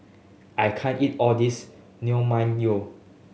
I can't eat all this Naengmyeon